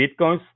bitcoins